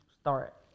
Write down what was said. start